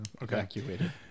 evacuated